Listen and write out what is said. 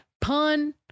pun